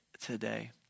today